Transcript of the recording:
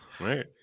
right